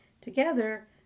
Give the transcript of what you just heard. Together